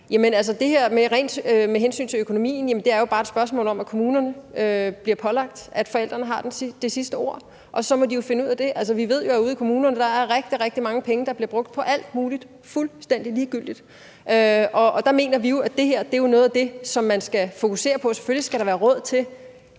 være. Men med hensyn til økonomien er det bare et spørgsmål om, at kommunerne bliver pålagt at lade forældrene have det sidste ord, og så må de jo finde ud af det. Vi ved, at der ude i kommunerne er rigtig, rigtig mange penge, der bliver brugt på alt mulig fuldstændig ligegyldigt. Der mener vi jo, at det her er noget af det, som man skal fokusere på. Selvfølgelig skal der være råd til,